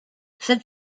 cette